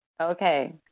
Okay